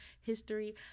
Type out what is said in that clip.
history